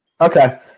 Okay